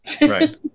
Right